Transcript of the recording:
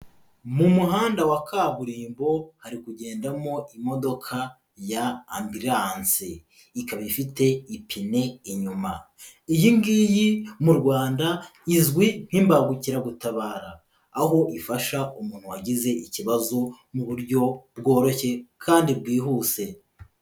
Mu muhanda wa kaburimbo hari kugendamo imodoka ya Ambulance. Ikaba ifite ipine inyuma. Iyi ngiyi mu Rwanda izwi nk'imbagukiragutabara, aho ifasha umuntu wagize ikibazo mu buryo bworoshye kandi bwihuse.